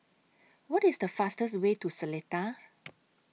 What IS The fastest Way to Seletar